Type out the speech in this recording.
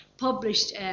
published